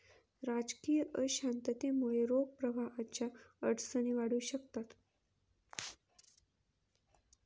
राजकीय अशांततेमुळे रोख प्रवाहाच्या अडचणी वाढू शकतात